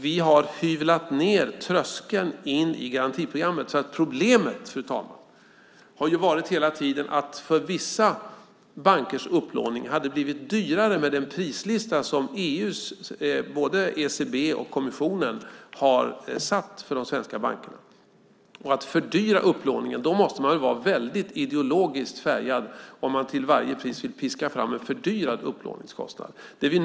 Vi har hyvlat ned tröskeln in till garantiprogrammet. Fru talman! Problemet har hela tiden varit att för vissa bankers upplåning hade det blivit dyrare med den prislista som både ECB och EU-kommissionen har satt för de svenska bankerna. Man måste vara väldigt ideologiskt färgad om man till varje pris vill piska fram en fördyrad upplåningskostnad.